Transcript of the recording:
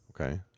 Okay